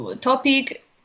topic